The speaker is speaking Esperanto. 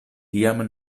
tiam